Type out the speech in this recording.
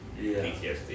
PTSD